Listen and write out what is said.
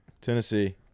Tennessee